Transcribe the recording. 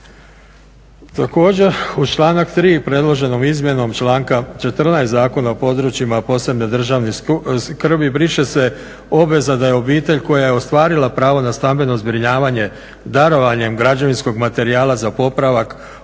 Također, uz članak 3. predloženom izmjenom članka 14. Zakona o područjima posebne državne skrbi briše se obveza da je obitelj koja je ostvarila pravo na stambeno zbrinjavanje darovanjem građevinskog materijala za popravak, obnovu